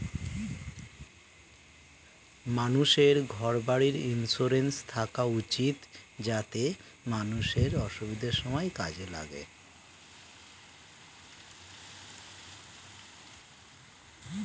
মানুষের ঘর বাড়ির ইন্সুরেন্স থাকা উচিত যাতে অসুবিধার সময়ে কাজে লাগে